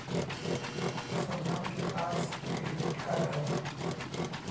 शबनम के पास credit card हई